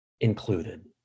included